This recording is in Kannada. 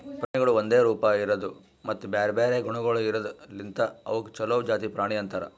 ಪ್ರಾಣಿಗೊಳ್ ಒಂದೆ ರೂಪ, ಇರದು ಮತ್ತ ಬ್ಯಾರೆ ಬ್ಯಾರೆ ಗುಣಗೊಳ್ ಇರದ್ ಲಿಂತ್ ಅವುಕ್ ಛಲೋ ಜಾತಿ ಪ್ರಾಣಿ ಅಂತರ್